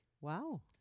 Wow